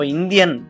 Indian